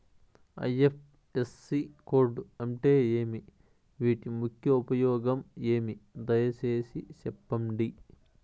IFSC code అంటే ఏమి? వీటి ముఖ్య ఉపయోగం ఏమి? దయసేసి సెప్పండి?